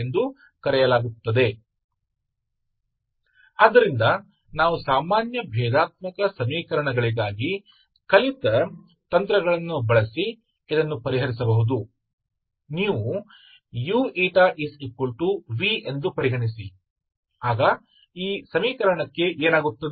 तो इसे अब हम साधारण डिफरेंशियल समीकरणों के लिए सीखी गई तकनीकों का उपयोग करके हल कर सकते हैं